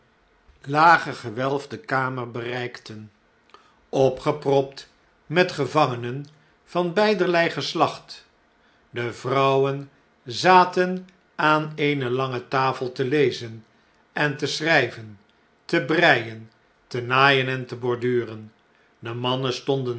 lage gewelfde kamer bereikten opgepropt met gevangeuen van beiderlei geslacht devrouwen zaten aan eene lange tafel te lezen en te schrijven te breien te naaien en te borduren de mannen stonden